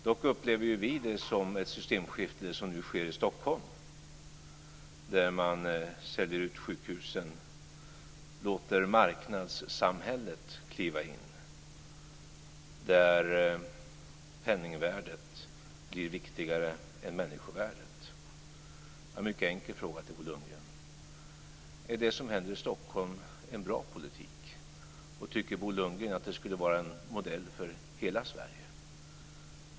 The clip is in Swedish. Dock upplever ju vi det som ett systemskifte det som sker i Stockholm, där man säljer ut sjukhusen och låter marknadssamhället kliva in, där penningvärdet blir viktigare än människovärdet. Jag har några mycket enkla frågor till Bo Lundgren: Är det som händer i Stockholm en bra politik? Tycker Bo Lundgren att det skulle vara en modell för hela Sverige?